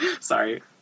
Sorry